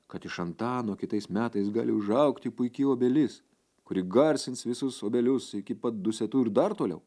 kad iš antano kitais metais gali užaugti puiki obelis kuri garsins visus obelius iki pat dusetų ir dar toliau